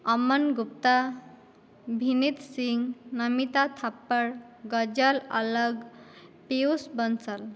Aman Gupta Vineeta Singh Namita Thapar Ghazal Alagh Piyush Bansal